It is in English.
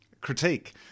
critique